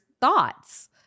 thoughts